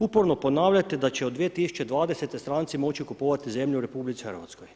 Uporno ponavljate da će od 2020. stranci moći kupovati zemlju u RH.